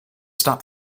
stop